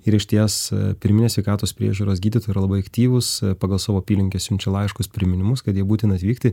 ir išties pirminės sveikatos priežiūros gydytojai yra labai aktyvūs pagal savo apylinkes siunčia laiškus priminimus kad jei būtina atvykti